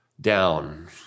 down